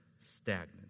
stagnant